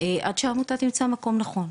עד שהעמותה תמצא מקום נכון.